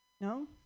No